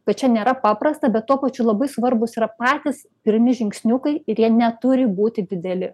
kad čia nėra paprasta bet tuo pačiu labai svarbūs yra patys pirmi žingsniukai ir jie neturi būti dideli